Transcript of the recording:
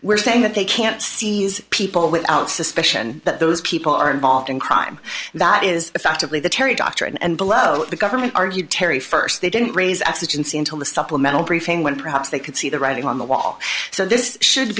we're saying that they can't see these people without suspicion that those people are involved in crime that is effectively the terry doctrine and below the government argued terry first they didn't raise exigency until the supplemental briefing when perhaps they could see the writing on the wall so this should